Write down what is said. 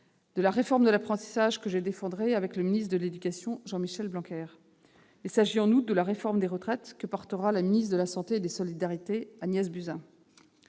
de la réforme de l'apprentissage que je défendrai avec le ministre de l'éducation nationale, Jean-Michel Blanquer. Il s'agit également de la réforme des retraites, que portera la ministre des solidarités et de la santé, Agnès Buzyn.